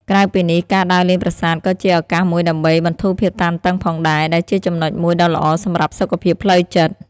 ក្រៅពីនេះ ការដើរលេងប្រាសាទក៏ជាឱកាសមួយដើម្បីបន្ធូរភាពតានតឹងផងដែរ ដែលជាចំណុចមួយដ៏ល្អសម្រាប់សុខភាពផ្លូវចិត្ត។